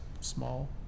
small